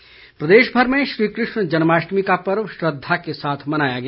जन्माष्टमी प्रदेश भर में श्री कृष्ण जन्माष्टमी का पर्व श्रद्धा के साथ मनाया गया